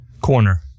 Corner